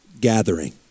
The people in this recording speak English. gathering